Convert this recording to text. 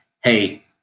Hey